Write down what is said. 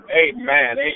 Amen